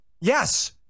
Yes